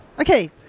Okay